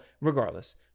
regardless